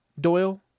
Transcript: Doyle